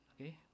Okay